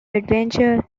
adventure